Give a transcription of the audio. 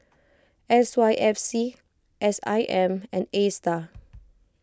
S Y F C S I M and Astar